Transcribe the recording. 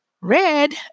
red